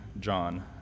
John